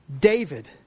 David